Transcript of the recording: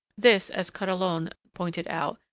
this, as catalogne pointed out,